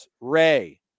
ray